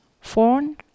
phone